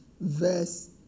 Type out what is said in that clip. verse